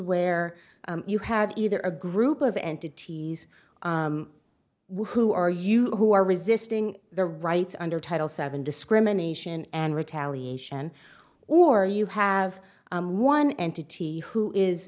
where you have either a group of entities who are you who are resisting their rights under title seven discrimination and retaliation or you have one entity who